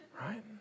Right